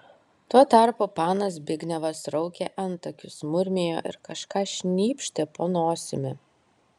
tuo tarpu panas zbignevas raukė antakius murmėjo ir kažką šnypštė po nosimi